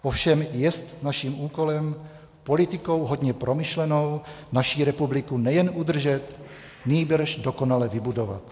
Ovšem jest naším úkolem politikou hodně promyšlenou naši republiku nejen udržet, nýbrž dokonale vybudovat.